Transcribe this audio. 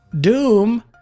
Doom